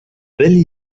byli